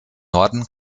norden